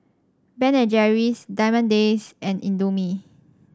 Ben and Jerry's Diamond Days and Indomie